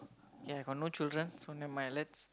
K I got no children so never mind let's